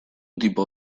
tipo